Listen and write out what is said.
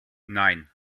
nein